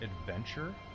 adventure